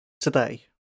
today